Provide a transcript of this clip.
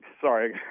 Sorry